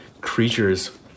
creatures